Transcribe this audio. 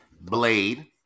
Blade